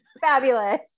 fabulous